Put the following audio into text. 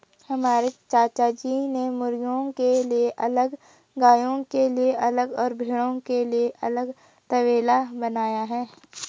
हमारे चाचाजी ने मुर्गियों के लिए अलग गायों के लिए अलग और भेड़ों के लिए अलग तबेला बनाया है